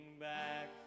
back